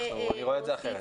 אני רואה את זה אחרת.